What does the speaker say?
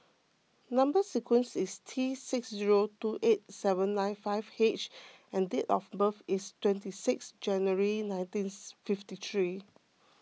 Number Sequence is T six zero two eight seven nine five H and date of birth is twenty sixth January nineteen fifty three